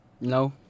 No